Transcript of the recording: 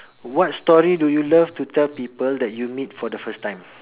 what story do you love to tell people that you meet for the first time